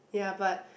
ya but